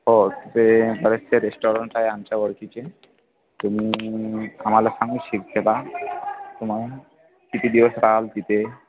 हो तिथे बरेचसे रेस्टॉरंट आहे आमच्या ओळखीचे तुम्ही आम्हाला सांगू शकता का तुम्हाला किती दिवस राहाल तिथे